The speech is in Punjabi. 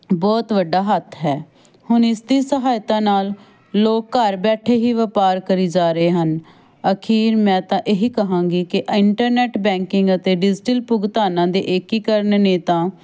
ਬਹੁਤ ਵੱਡਾ ਹੱਥ ਹੈ ਹੁਣ ਇਸ ਦੀ ਸਹਾਇਤਾ ਨਾਲ ਲੋਕ ਘਰ ਬੈਠੇ ਹੀ ਵਪਾਰ ਕਰੀ ਜਾ ਰਹੇ ਹਨ ਅਖੀਰ ਮੈਂ ਤਾਂ ਇਹੀ ਕਹਾਂਗੀ ਕਿ ਇੰਟਰਨੈਟ ਬੈਂਕਿੰਗ ਅਤੇ ਡਿਜੀਟਲ ਭੁਗਤਾਨਾਂ ਦੇ ਏਕੀਕਰਨ ਨੇ ਤਾਂ